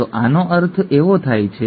તો આનો અર્થ એવો થાય છે